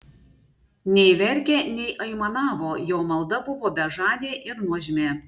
nei verkė nei aimanavo jo malda buvo bežadė ir nuožmi